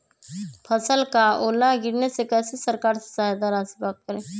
फसल का ओला गिरने से कैसे सरकार से सहायता राशि प्राप्त करें?